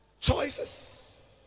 choices